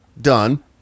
Done